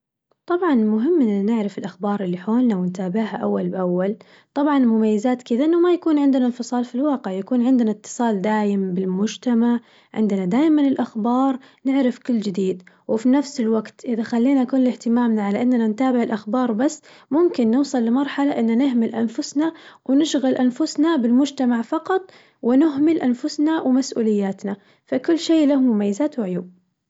طبعاً مهم إنه نعرف الأخباغر اللي حولنا ونتابعها أول بأول، طبعاً مميزات كذا إنه ما يكون عندنا انفصال في الواقع يكون عندنا اتصال دايم بالمجتمع، عندنا دايماً الأخبار نعرف كل جديد، وفي نفس الوقت إذا خلينا كل اهتمامنا على إننا نتابع الأخبار بس ممكن نوصل لمرحلة إنا نهمل أنفسنا ونشغل أنفسنا بالمجتمع فقط ونهمل أنفسنا ومسئولياتنا، فكل شي له مميزات وعيوب.